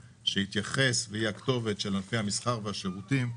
שיתייחס ויהיה הכתובת של ענפי המסחר והשירותים,